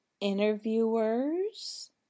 interviewers